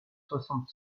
soixante